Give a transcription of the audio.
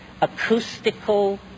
acoustical